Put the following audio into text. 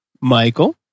Michael